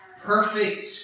perfect